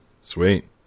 Sweet